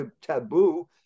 taboo